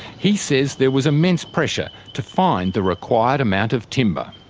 he says there was immense pressure to find the required amount of timber.